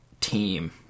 team